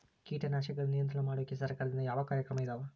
ಕೇಟನಾಶಕಗಳ ನಿಯಂತ್ರಣ ಮಾಡೋಕೆ ಸರಕಾರದಿಂದ ಯಾವ ಕಾರ್ಯಕ್ರಮ ಇದಾವ?